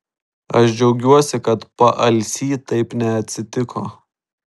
aš džiaugiuosi kad paalsy taip neatsitiko